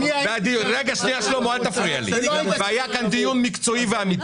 היה כאן דיון מקצועי ואמיתי.